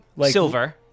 silver